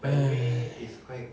!hais!